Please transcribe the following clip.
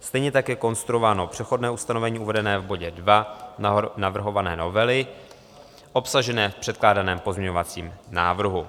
Stejně tak je konstruováno přechodné ustanovení uvedené v bodě 2 navrhované novely, obsažené v předkládaném pozměňovacím návrhu.